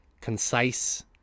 concise